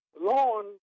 lawn